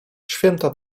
święta